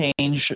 change